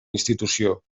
institució